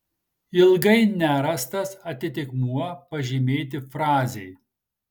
ilgai nerastas atitikmuo pažymėti frazei